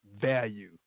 value